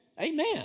amen